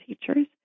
teachers